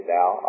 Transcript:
now